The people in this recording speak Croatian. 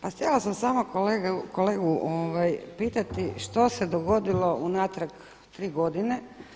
Pa htjela sam samo kolegu pitati što se dogodilo unatrag tri godine.